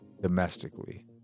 domestically